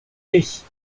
ich